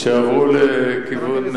שעברו לכיוון,